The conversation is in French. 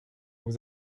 vous